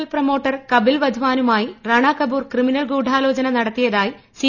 L promoter Kapil വധ്വാനുമായി Rana Kapoor criminal ഗൂഢാലോചന നടത്തിയതായി സി